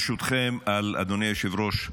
ברשותכם, אדוני היושב-ראש,